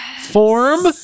form